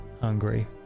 hungry